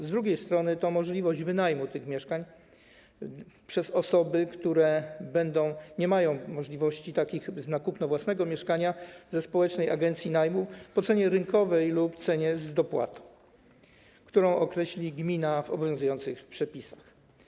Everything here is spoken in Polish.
Z drugiej strony to możliwość wynajmu tych mieszkań przez osoby, które nie mają możliwości kupna własnego mieszkania, ze społecznej agencji najmu po cenie rynkowej lub cenie z dopłatą, którą określi gmina w obowiązujących przepisach.